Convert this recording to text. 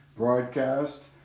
Broadcast